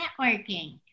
networking